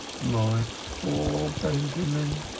my poor benjamin,